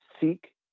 Seek